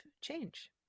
change